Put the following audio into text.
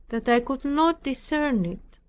that i could not discern it.